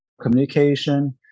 communication